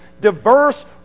diverse